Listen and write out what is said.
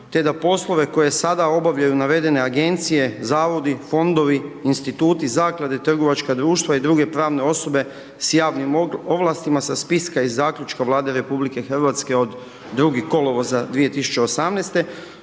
te da poslove koje sada obavljaju navedene agencije, zavodi, fondovi, instituti, zaklade, trgovačka društva i dr. pravne osobe s javnim ovlastima sa spiska iz Zaključka Vlade RH od 02. kolovoza 2018.